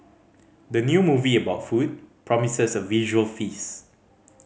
the new movie about food promises a visual feast